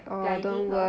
guiding her